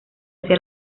hacia